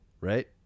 right